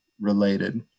related